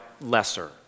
lesser